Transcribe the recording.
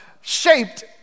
shaped